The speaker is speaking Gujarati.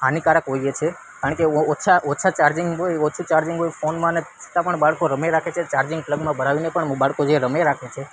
હાનિકારક હોઈએ છે કારણ કે ઓછા ચાર્જિંગ હોય ઓછું ચાર્જિંગ હોય ફોનમાંને છતાં પણ બાળકો રમે રાખે છે ચાર્જિંગ પ્લગમાં ભરાવીને પણ બાળકો જે રમે રાખે છે